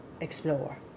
explore